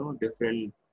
different